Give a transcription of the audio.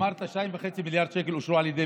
אמרת: 2.5 מיליארד שקלים אושרו על ידי